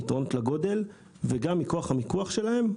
מיתרונות לגודל וגם מכוח המיקוח שלהם,